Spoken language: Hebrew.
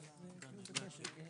תודה רבה לכם.